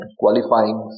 qualifying